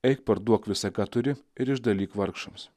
eik parduok visa ką turi ir išdalyk vargšams